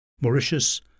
Mauritius